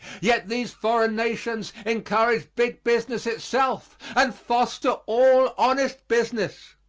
yet these foreign nations encourage big business itself and foster all honest business.